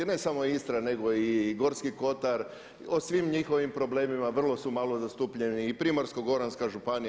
Ne samo Istra nego i Gorski kotar, o svim njihovim problemima, vrlo su malo zastupljeni i Primorsko-goranska županija.